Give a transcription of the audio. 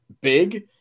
big